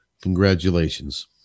congratulations